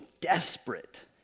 desperate